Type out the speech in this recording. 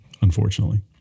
unfortunately